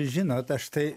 žinot aš tai